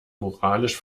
moralisch